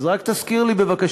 אז רק תזכיר לי בבקשה,